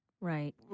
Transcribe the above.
Right